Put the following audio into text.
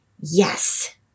yes